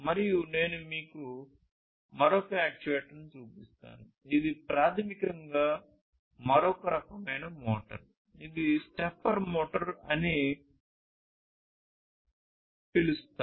మరియు నేను మీకు మరొక యాక్యుయేటర్ను చూపిస్తాను ఇది ప్రాథమికంగా మరొక రకమైన మోటారు ఇది స్టెప్పర్ మోటర్ అని పిలుస్తారు